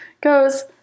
goes